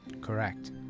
Correct